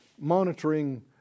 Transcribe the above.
monitoring